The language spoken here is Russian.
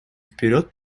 вперед